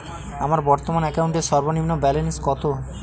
আমার বর্তমান অ্যাকাউন্টের সর্বনিম্ন ব্যালেন্স কত?